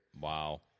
Wow